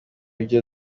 byo